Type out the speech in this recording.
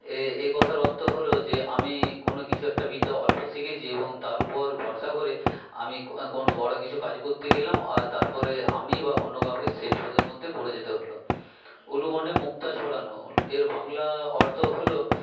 এ এই কথার অর্থ হল যে আমি কোনো কিছু একটা বিদ্যা অল্প শিখেছি এবং তার উপর ভরসা করে আমি কোনো বড়ো কিছু কাজ করতে গেলাম আর তারপরে আমি বা অন্য কাউকে সে বিপদের মধ্যে পরে যেতে হল উলুবনে মুক্তা ছড়ানো এর বাংলা অর্থ হল